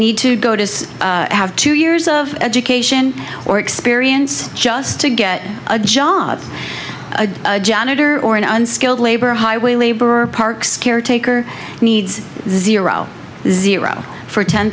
need to go to have two years of education or experience just to get a job or a janitor or an unskilled labor highway laborer parks caretaker needs zero for ten